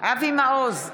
אבי מעוז,